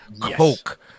coke